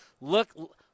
look